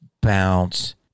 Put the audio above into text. bounce